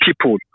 people